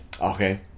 Okay